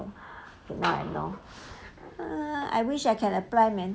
now I know I wish I can apply man